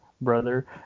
brother